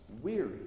weary